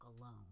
alone